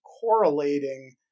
correlating